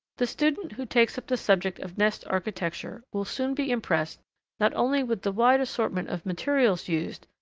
the student who takes up the subject of nest architecture will soon be impressed not only with the wide assortment of materials used,